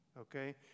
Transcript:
Okay